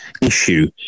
issue